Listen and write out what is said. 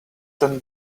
ten